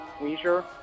leisure